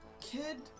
Kid